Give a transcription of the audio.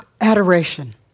Adoration